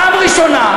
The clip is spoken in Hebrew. פעם ראשונה,